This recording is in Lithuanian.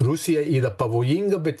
rusija yra pavojinga bet